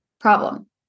problem